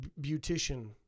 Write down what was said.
beautician